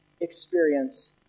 experience